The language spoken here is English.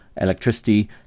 electricity